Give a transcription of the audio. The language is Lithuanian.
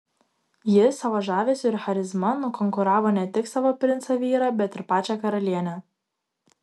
ji savo žavesiu ir charizma nukonkuravo ne tik savo princą vyrą bet ir pačią karalienę